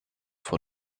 for